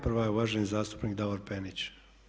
Prva je uvaženi zastupnik Davor Penić.